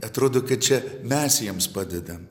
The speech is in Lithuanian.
atrodo kad čia mes jiems padedam